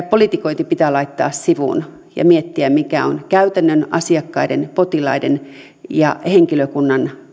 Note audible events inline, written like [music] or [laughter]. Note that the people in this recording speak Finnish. [unintelligible] politikointi pitää laittaa sivuun ja miettiä mikä on käytännön kannalta asiakkaiden potilaiden ja henkilökunnan